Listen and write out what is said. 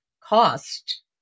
cost